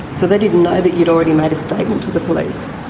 so they didn't know that you'd already made a statement to the police?